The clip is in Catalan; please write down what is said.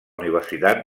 universitat